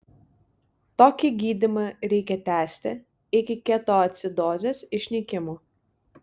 tokį gydymą reikia tęsti iki ketoacidozės išnykimo